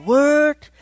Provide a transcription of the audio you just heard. Word